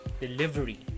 delivery